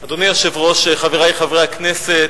אדוני היושב-ראש, חברי חברי הכנסת,